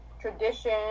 tradition